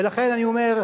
ולכן אני אומר,